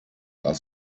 are